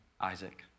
Isaac